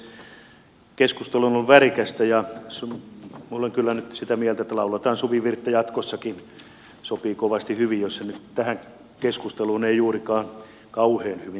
keskustelu on ollut värikästä ja minä olen kyllä nyt sitä mieltä että lauletaan suvivirttä jatkossakin sopii kovasti hyvin joskaan se nyt tähän keskusteluun ei juurikaan kauhean hyvin sinällään sovi